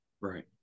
Right